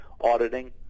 auditing